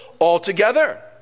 altogether